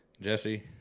Jesse